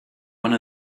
one